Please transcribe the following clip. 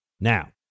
Now